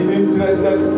interested